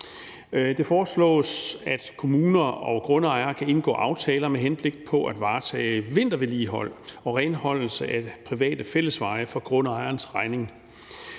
Det foreslås, at kommuner og grundejere kan indgå aftaler med henblik på at varetage vintervedligehold og renholdelse af private fællesveje for grundejerens regning.